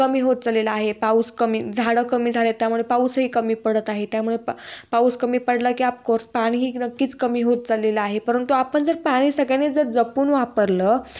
कमी होत चाललेलं आहे पाऊस कमी झाडं कमी झालेत त्यामुळे पाऊसही कमी पडत आहे त्यामुळे पा पाऊस कमी पडला की आपकोर्स पाणीही नक्कीच कमी होत चाललेलं आहे परंतु आपण जर पाणी सगळ्यांनीच जर जपून वापरलं